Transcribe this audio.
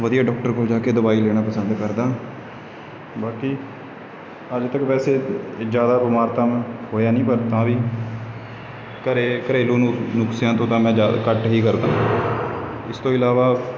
ਵਧੀਆ ਡਾਕਟਰ ਕੋਲ ਜਾ ਕੇ ਦਵਾਈ ਲੈਣਾ ਪਸੰਦ ਕਰਦਾ ਬਾਕੀ ਅੱਜ ਤੱਕ ਵੈਸੇ ਜ਼ਿਆਦਾ ਬਿਮਾਰ ਤਾਂ ਮੈਂ ਹੋਇਆ ਨਹੀਂ ਪਰ ਤਾਂ ਵੀ ਘਰ ਘਰੇਲੂ ਨੁ ਨੁਸਖਿਆਂ ਤੋਂ ਤਾਂ ਮੈਂ ਜਿਆ ਘੱਟ ਹੀ ਕਰਦਾਂ ਇਸ ਤੋਂ ਇਲਾਵਾ